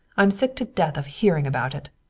i'm sick to death of hearing about it.